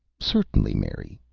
certainly, mary,